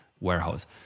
warehouse